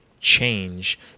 change